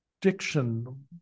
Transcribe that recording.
diction